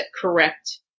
correct